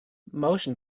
motion